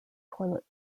toilet